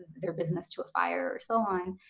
their business to a fire or so on.